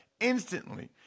instantly